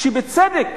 שבצדק,